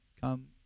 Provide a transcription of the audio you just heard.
come